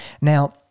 Now